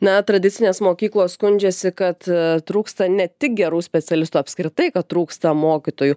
na tradicinės mokyklos skundžiasi kad trūksta ne tik gerų specialistų apskritai kad trūksta mokytojų